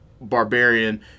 barbarian